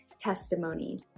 testimony